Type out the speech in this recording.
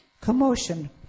commotion